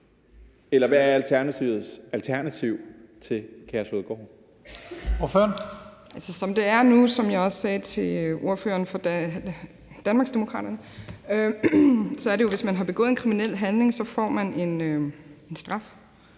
Kl. 12:51 Helene Brydensholt (ALT): Som det er nu, som jeg også sagde til ordføreren for Danmarksdemokraterne, er det sådan, at hvis man har begået en kriminel handling, får man en straf,